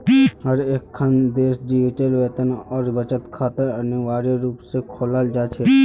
हर एकखन देशत डिजिटल वेतन और बचत खाता अनिवार्य रूप से खोलाल जा छेक